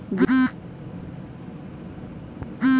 बीमा के किस्त कतका महीना के होही?